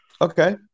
Okay